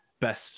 best